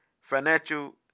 financial